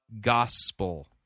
gospel